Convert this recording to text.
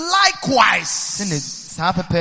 likewise